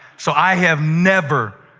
so i have never,